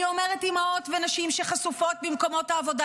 אני אומרת אימהות ונשים שחשופות במקומות העבודה